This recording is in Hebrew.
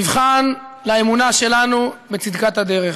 מבחן לאמונה שלנו בצדקת הדרך,